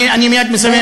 אני מייד מסיים,